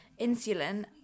insulin